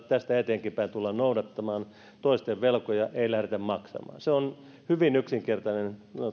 tästä eteenkinpäin tullaan noudattamaan toisten velkoja ei lähdetä maksamaan se on hyvin yksinkertainen